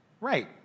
Right